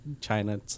China